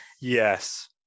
Yes